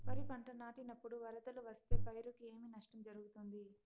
వరిపంట నాటినపుడు వరదలు వస్తే పైరుకు ఏమి నష్టం జరుగుతుంది?